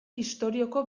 istorioko